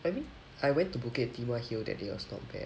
I mean I went to bukit timah hill that day was not bad